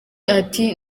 ati